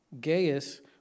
Gaius